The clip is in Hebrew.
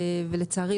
ולצערי,